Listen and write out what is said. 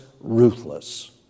ruthless